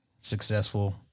successful